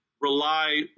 rely